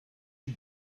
you